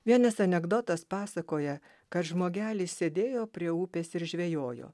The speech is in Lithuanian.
vienas anekdotas pasakoja kad žmogelis sėdėjo prie upės ir žvejojo